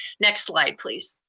next slide please.